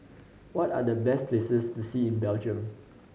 what are the best places to see in Belgium